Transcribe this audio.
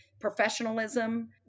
professionalism